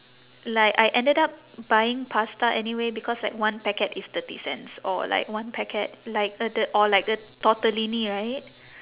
like I ended up buying pasta anyway because like one packet is thirty cents or like one packet like a the or like a tortellini right